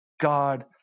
God